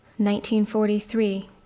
1943